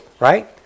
Right